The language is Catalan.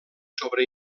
sobre